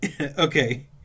Okay